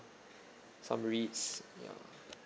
some REITS ya